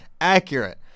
Accurate